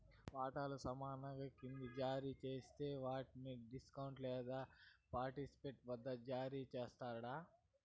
వాటాలు సమానంగా కింద జారీ జేస్తే వాట్ని డిస్కౌంట్ లేదా పార్ట్పెయిడ్ వద్ద జారీ చేస్తండారు